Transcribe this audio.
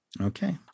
Okay